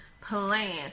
plan